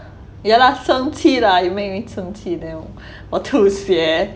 yeah last 生气 lah you make me 生气 then 我吐血